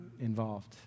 involved